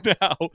now